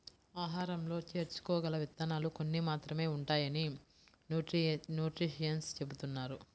ఆహారంలో చేర్చుకోగల విత్తనాలు కొన్ని మాత్రమే ఉంటాయని న్యూట్రిషన్స్ చెబుతున్నారు